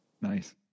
Nice